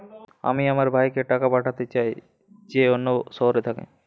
আমি আমার ভাইকে টাকা পাঠাতে চাই যে অন্য শহরে থাকে